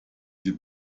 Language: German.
sie